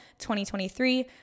2023